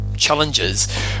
challenges